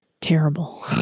terrible